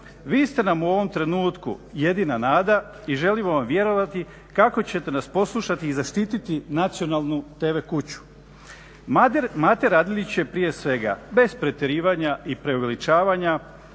Vi ste nam u ovom trenutku jedina nada i želimo vam vjerovati kako ćete nas poslušati i zaštititi nacionalnu tv kuću. Mate Radelić je prije svega bez pretjerivanja i preuveličavanja